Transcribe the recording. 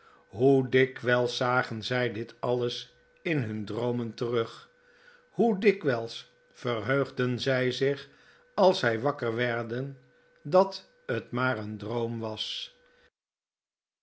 hoe dikwijls zagen zij dit alles in hun droomen terug hoe dikwijls verheugden zij zich als zij wakker werden dat het maar een droom was